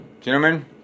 Gentlemen